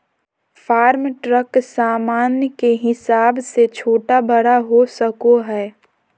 farm truck सामान के हिसाब से छोटा बड़ा हो सको हय